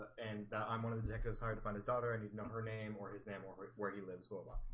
and i'm one of the it was hard to find his daughter and he'd know her name or his name or where he lives go about